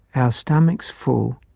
ah stomachs full,